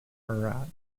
herat